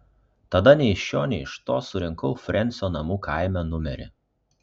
tada nei iš šio nei iš to surinkau frensio namų kaime numerį